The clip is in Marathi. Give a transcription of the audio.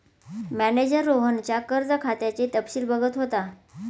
मॅनेजर रोहनच्या कर्ज खात्याचे तपशील बघत होता